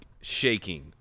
shaking